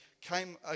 came